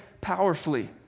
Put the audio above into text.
powerfully